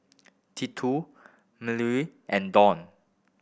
Tito Mellie and Dawn